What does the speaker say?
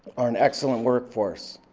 are an excellent workforce.